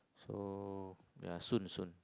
oh ya soon soon